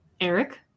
Eric